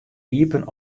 iepen